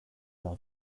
leur